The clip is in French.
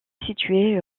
situé